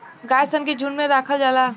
गाय सन के झुंड में राखल जाला